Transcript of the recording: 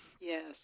Yes